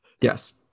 Yes